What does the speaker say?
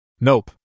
Nope